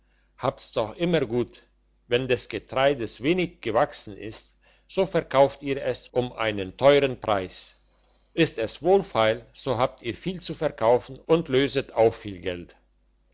habt's doch immer gut wenn des getreides wenig gewachsen ist so verkauft ihr es um einen teuern preis ist es wohlfeil so habt ihr viel zu verkaufen und löset auch viel geld